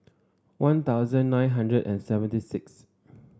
One Thousand nine hundred and seventy sixth